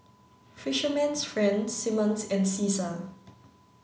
fisherman's friend Simmons and Cesar